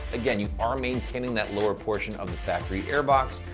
again, you are maintaining that lower portion of the factory air box,